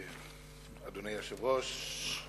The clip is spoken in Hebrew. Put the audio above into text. אדוני היושב-ראש,